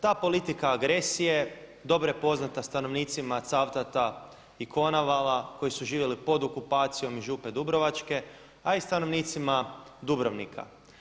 Ta politika agresije dobro je poznata stanovnicima Cavtata i Konavala koji su živjeli pod okupacijom Župe Dubrovačke a i stanovnicima Dubrovnika.